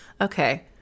okay